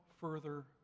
further